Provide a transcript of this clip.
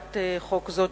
הצעת חוק זו,